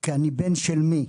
כי אני בן של מי?